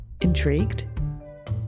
Intrigued